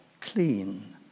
clean